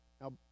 now